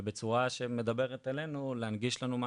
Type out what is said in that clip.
ובצורה שמדברת אלינו להנגיש לנו מה